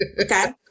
Okay